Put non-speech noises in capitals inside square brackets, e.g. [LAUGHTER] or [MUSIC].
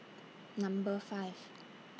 [NOISE] Number five